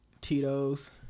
Tito's